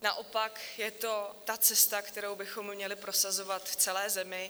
Naopak, je to ta cesta, kterou bychom měli prosazovat v celé zemi.